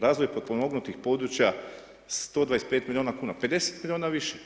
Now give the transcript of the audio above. Razvoj potpomognutih područja 125 milijuna kuna, 50 milijuna više.